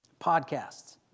Podcasts